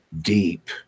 deep